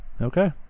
okay